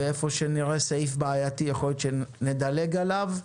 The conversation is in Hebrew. והיכן שנראה סעיף בעייתי יכול להיות שנדלג עליו,